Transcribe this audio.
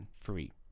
free